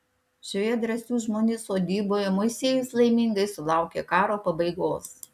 šioje drąsių žmonių sodyboje moisiejus laimingai sulaukė karo pabaigos